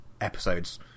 episodes